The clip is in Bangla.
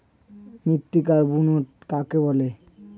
মৃত্তিকার বুনট কাকে বলে?